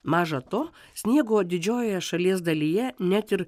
maža to sniego didžiojoje šalies dalyje net ir